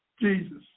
Jesus